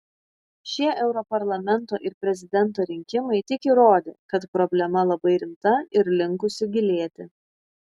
šie europarlamento ir prezidento rinkimai tik įrodė kad problema labai rimta ir linkusi gilėti